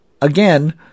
Again